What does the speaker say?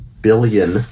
billion